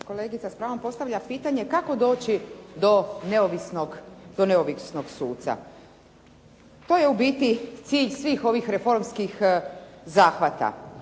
Kolegica s pravom postavlja pitanje kako doći do neovisnog suca. To je u biti cilj svih ovih reformskih zahvata,